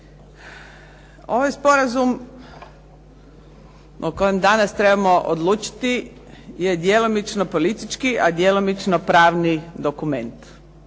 Ovaj sporazum o kojem danas trebamo odlučiti je djelomično politički a djelomično pravni dokument,